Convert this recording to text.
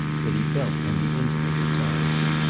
that he felt on the instant its origin.